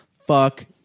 fuck